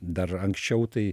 dar anksčiau tai